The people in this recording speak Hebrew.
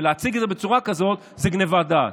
ולהציג את זה בצורה כזאת זה גנבת דעת.